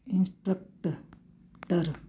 instructor